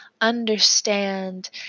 understand